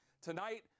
Tonight